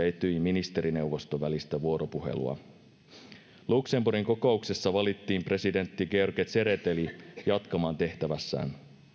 etyjin ministerineuvoston välistä vuoropuhelua luxemburgin kokouksessa valittiin presidentti george tsereteli jatkamaan tehtävässään